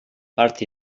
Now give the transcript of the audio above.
part